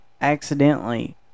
accidentally